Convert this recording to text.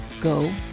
Go